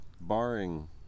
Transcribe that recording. barring